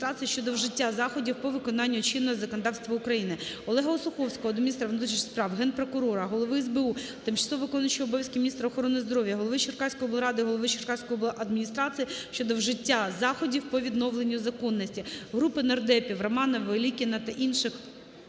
Олега Осуховського до міністра внутрішніх справ, Генпрокурора, Голови СБУ, тимчасово виконуючої обов'язки міністра охорони здоров'я, голови Черкаської обласної ради, голови Черкаської обладміністрації щодо вжиття заходів по відновленню законності. Групи нардепів (Романової, Велікіна та інших)